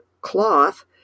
cloth